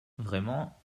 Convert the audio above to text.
vraiment